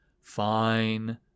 fine